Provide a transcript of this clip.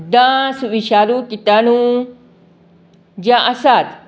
dance विशाणू किटाणू जे आसात